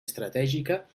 estratègica